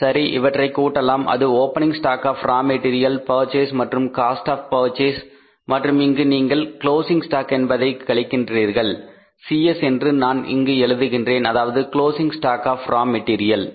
சரி இவற்றைக் கூட்டலாம் அது opening stock of raw material purchase மற்றும் காஸ்ட் ஆப்ப் பர்ச்சேஸ் மற்றும் இங்கு நீங்கள் க்ளோஸிங் ஸ்டாக் என்பதைக் கழிக்கின்றீர்கள் CS என்று நான் இங்கு எழுதுகின்றேன் அதாவது closing stock of raw material சரிதானே